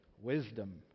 wisdom